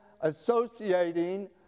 associating